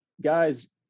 guys